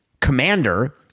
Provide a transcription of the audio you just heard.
commander